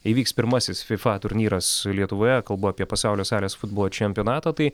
įvyks pirmasis fifa turnyras lietuvoje kalbu apie pasaulio salės futbolo čempionato tai